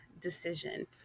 decision